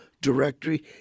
Directory